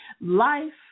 life